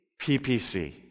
PPC